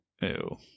Ew